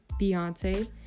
Beyonce